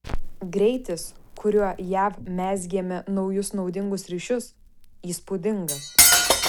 greitis kuriuo jav mezgėme naujus naudingus ryšius įspūdingas